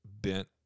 bent